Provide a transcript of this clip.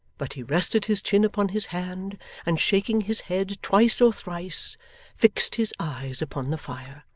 but he rested his chin upon his hand and shaking his head twice or thrice fixed his eyes upon the fire.